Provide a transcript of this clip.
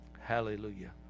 Hallelujah